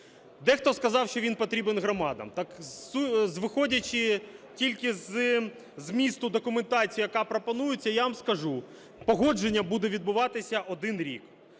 Дехто сказав, що він потрібен громадам. Так виходячи тільки із змісту документації, яка пропонується, я вам скажу: погодження буде відбуватися 1 рік,